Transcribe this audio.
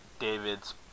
David's